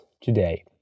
today